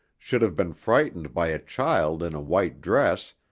should have been frightened by a child in a white dress,